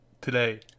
today